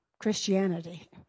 Christianity